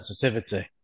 sensitivity